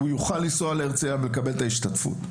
הוא יוכל לנסוע להרצליה ולקבל את ההשתתפות.